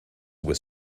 were